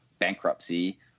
bankruptcy